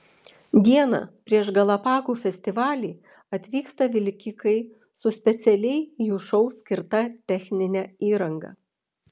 dieną prieš galapagų festivalį atvyksta vilkikai su specialiai jų šou skirta technine įranga